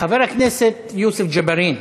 חבר הכנסת יוסף ג'בארין.